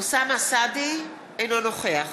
אינו נוכח